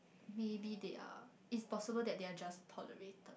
maybe they are it's possible that they are just tolerated